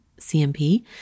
CMP